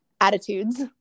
attitudes